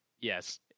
Yes